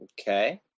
Okay